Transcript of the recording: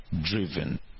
driven